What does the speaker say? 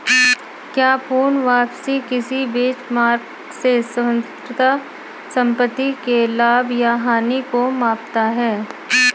क्या पूर्ण वापसी किसी बेंचमार्क से स्वतंत्र संपत्ति के लाभ या हानि को मापता है?